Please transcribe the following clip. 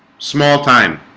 small-time